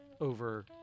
over